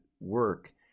work